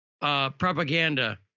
Propaganda